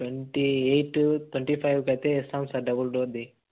twenty eight twenty five అయితే ఇస్తాం sir double door అది